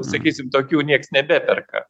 sakysim tokių nieks nebeperka